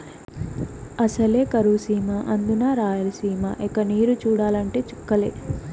అసలే కరువు సీమ అందునా రాయలసీమ ఇక నీరు చూడాలంటే చుక్కలే